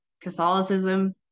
Catholicism